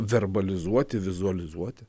verbalizuoti vizualizuoti